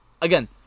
Again